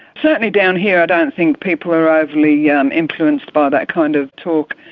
certainly down here i don't think people are overly yeah um influenced by that kind of talk.